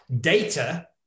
data